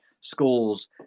schools